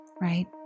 right